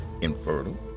infertile